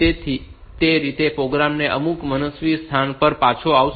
તેથી તે રીતે પ્રોગ્રામ અમુક મનસ્વી સ્થાન પર પાછો આવશે